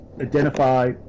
identify